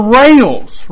rails